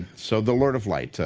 so, the lord of light.